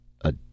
A